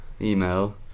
email